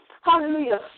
hallelujah